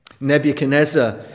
Nebuchadnezzar